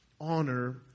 honor